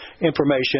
information